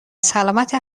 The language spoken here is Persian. سلامت